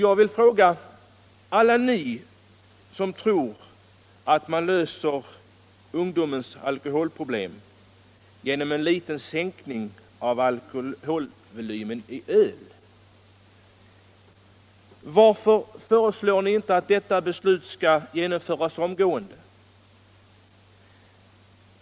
Jag vill fråga: Alla ni som tror att man löser ungdomens alkoholproblem genom en liten sänkning av alkoholhalten i öl, varför föreslår ni inte att detta beslut skall verkställas omgående?